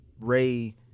Ray